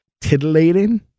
titillating